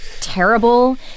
terrible